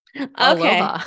okay